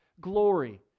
glory